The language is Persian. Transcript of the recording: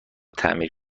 تعمیر